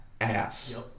ass